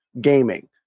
Gaming